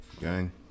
Gang